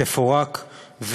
תפורק,